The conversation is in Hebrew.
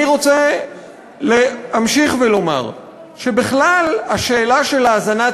אני רוצה להמשיך ולומר שבכלל השאלה של האזנת